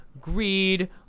greed